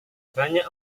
banyak